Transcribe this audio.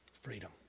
Freedom